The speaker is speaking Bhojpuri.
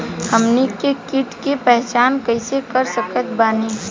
हमनी के कीट के पहचान कइसे कर सकत बानी?